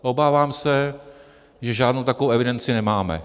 Obávám se, že žádnou takovou evidenci nemáme.